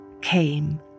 came